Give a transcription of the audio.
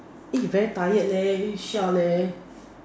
eh very tired leh leh